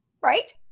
Right